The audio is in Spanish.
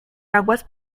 aguas